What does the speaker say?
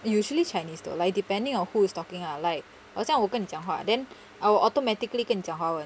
usually chinese though like depending on who is talking lah like 好像我跟你讲话 then I will automatically 跟你讲华文